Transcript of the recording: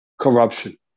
corruption